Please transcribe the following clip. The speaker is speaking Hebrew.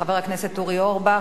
חבר הכנסת אורי אורבך,